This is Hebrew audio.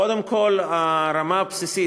קודם כול הרמה הבסיסית.